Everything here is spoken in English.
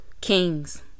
Kings